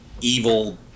evil